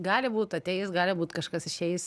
gali būt ateis gali būt kažkas išeis